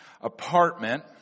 apartment